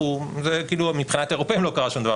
אנחנו זה כאילו מבחינת האירופאים לא קרה שום דבר,